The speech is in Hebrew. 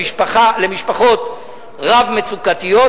למשפחות רב-מצוקתיות,